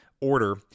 order